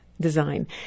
design